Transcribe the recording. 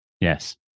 Yes